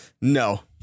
No